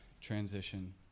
transition